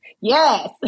Yes